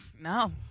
No